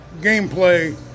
gameplay